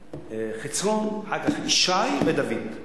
חצרון, ואחר כך ישי ודוד.